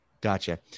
Gotcha